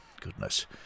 Goodness